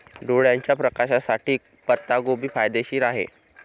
डोळ्याच्या प्रकाशासाठी पत्ताकोबी फायदेशीर आहे